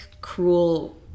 cruel